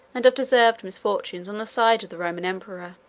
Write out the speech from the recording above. and of deserved misfortunes on the side of the roman emperor.